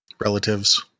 relatives